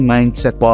Mindset